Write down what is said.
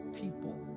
people